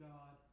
God